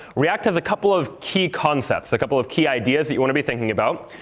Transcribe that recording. react has a couple of key concepts a couple of key ideas you want to be thinking about.